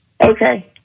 Okay